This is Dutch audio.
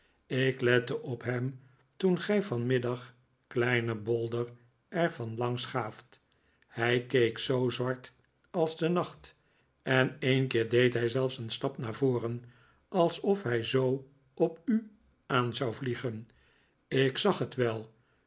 ik lette op hem toen gij vanmiddag kleinen bolder er van langs gaaft hij keek zoo zwart als de nacht en een keer deed hij zelfs een stap naar voren alsof hij zoo op u aan zou vliegen i k zag het wel